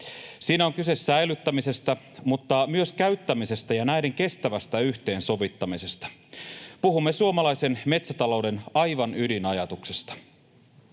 Siinä on kyse säilyttämisestä, mutta myös käyttämisestä ja näiden kestävästä yhteensovittamisesta. Puhumme suomalaisen metsätalouden aivan ydinajatuksesta.